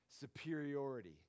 superiority